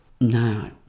no